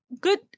Good